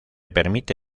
permite